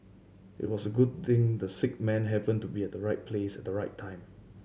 it was a good thing the sick man happened to be at the right place at the right time